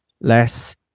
less